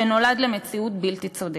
שנולד למציאות בלתי צודקת.